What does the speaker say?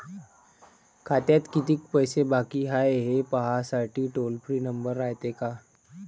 खात्यात कितीक पैसे बाकी हाय, हे पाहासाठी टोल फ्री नंबर रायते का?